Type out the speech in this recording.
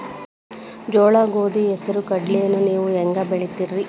ಜೋಳ, ಗೋಧಿ, ಹೆಸರು, ಕಡ್ಲಿಯನ್ನ ನೇವು ಹೆಂಗ್ ಬೆಳಿತಿರಿ?